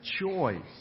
choice